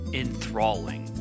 enthralling